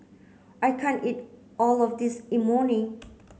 I can't eat all of this Imoni